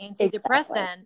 antidepressant